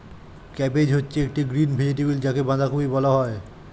cabbage হচ্ছে একটি green vegetable যাকে বাঁধাকপি বলা হয়